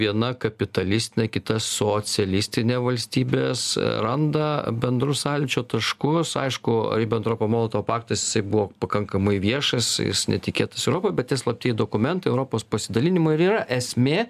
viena kapitalistinė kita socialistinė valstybės randa bendrus sąlyčio taškus aišku ribentropo molotovo paktas jisai buvo pakankamai viešas jis netikėtas europai bet tie slapti dokumentai europos pasidalinimo ir yra esmė